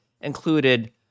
included